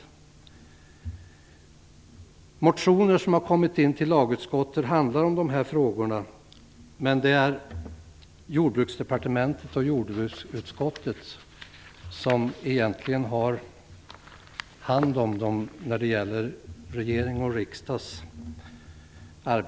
Många motioner som har kommit in till lagutskottet handlar om dessa frågor, men det är Jordbruksdepartementet och jordbruksutskottet som egentligen har hand om dessa frågor.